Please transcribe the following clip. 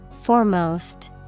Foremost